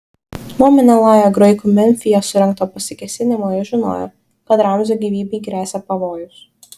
nuo menelajo graikų memfyje surengto pasikėsinimo jis žinojo kad ramzio gyvybei gresia pavojus